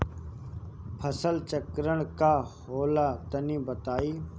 फसल चक्रण का होला तनि बताई?